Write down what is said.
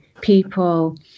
people